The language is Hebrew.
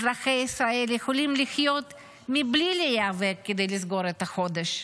אזרחי ישראל יכולים לחיות מבלי להיאבק כדי לסגור את החודש.